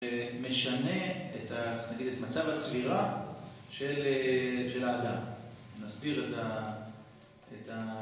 משנה את מצב הצבירה של האדם. נסביר את ה...